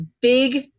big